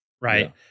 right